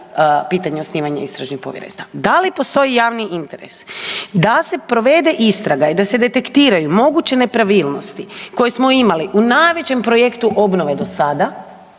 pitanje osnivanje istražnih povjerenstava, da li postoji javni interes da se provede istraga i da se detektiraju moguće nepravilnosti koje smo imali u najvećem projektu obnove do sada